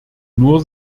nur